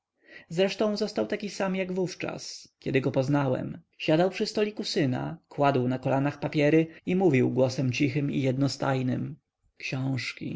zresztą został taki sam jak wówczas kiedy go poznałem siadał przy stoliku syna kładł na kolanach papiery i mówił głosem cichym i jednostajnym książki